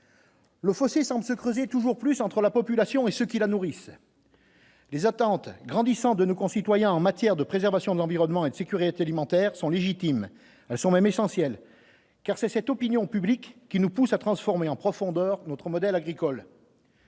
Le fossé semble se creuser toujours plus entre la population et ceux qui la nourrissent. Les attentes grandissant de nos concitoyens en matière de préservation de l'environnement et de sécurité alimentaire sont légitimes sont même essentiel, car c'est cette opinion publique qui nous pousse à transformer en profondeur notre modèle agricole.